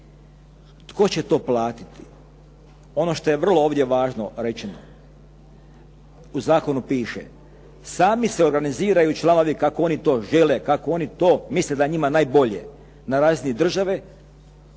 Tko će to platiti? Ono što je vrlo ovdje važno rečeno, u zakonu piše, sami se organiziraju članovi kako oni to žele, kako oni misle da je njima najbolje, na razini države,